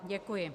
Děkuji.